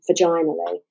vaginally